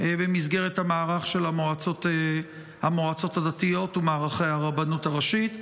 במסגרת המערך של המועצות הדתיות ומערכי הרבנות הראשית.?